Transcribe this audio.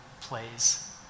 plays